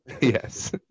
yes